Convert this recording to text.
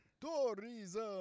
Tourism